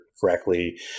correctly